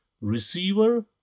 receiver